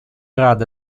рады